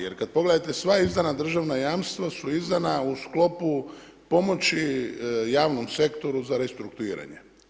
Jer kada pogledate sva izdana državna jamstva su izdana u sklopu pomoći javnom sektoru za restrukturiranje.